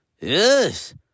yes